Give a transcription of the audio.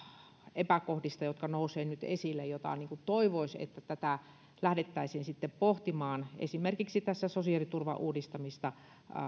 epäkohdista jotka nousevat nyt esille ja toivoisi että tätä lähdettäisiin sitten pohtimaan esimerkiksi sosiaaliturvan uudistamista